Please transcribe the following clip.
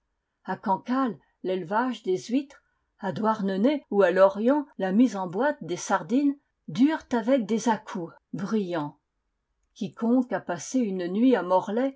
a cancale l'élevage des huîtres à douarnenez ou à lorient la mise en boîte des sardines durent avec des à coups bruyants quiconque a passé une nuit à morlaix